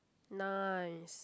nice